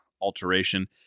alteration